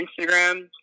Instagram